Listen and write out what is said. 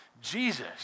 Jesus